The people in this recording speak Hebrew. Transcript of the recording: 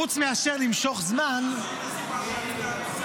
חוץ מאשר למשוך זמן --- זאת הסיבה שעלית?